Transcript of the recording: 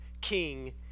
king